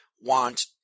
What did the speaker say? want